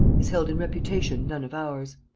is held in reputation none of ours.